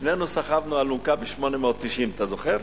שנינו סחבנו אלונקה ב-890, אתה זוכר?